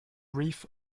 reef